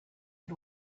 had